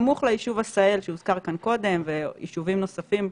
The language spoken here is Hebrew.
סמוך ליישוב עשהאל שהוזכר כאן קודם וליישובים נוספים,